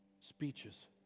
speeches